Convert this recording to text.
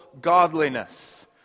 godliness